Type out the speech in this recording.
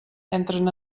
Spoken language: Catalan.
entren